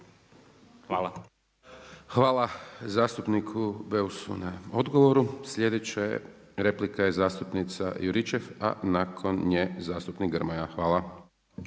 (SDP)** Hvala zastupniku Beusu na odgovoru. Sljedeća replika je zastupnica Juričev a nakon nje zastupnik Grmoja. Hvala.